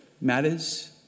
matters